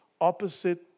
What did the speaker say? opposite